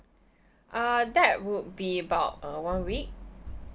uh that would be about uh one week